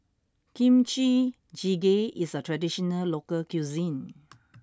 Kimchi Jjigae is a traditional local cuisine